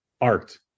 art